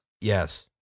Yes